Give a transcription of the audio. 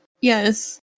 yes